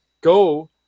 go